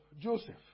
Joseph